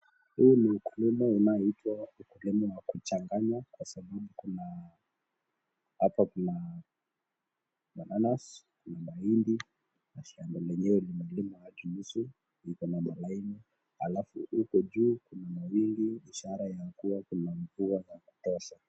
Huu ni ukulima unaoitwa ukulima wa kuchanganya kwa sababu hapa kuna bananas na mahindi, na shaaba lenyewe limelimwa hadi nusu liko na malaini alfu huko juu kuna mawingu ishara ya kuwa kuna mvua ya kutosha.